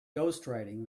ghostwriting